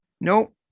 Nope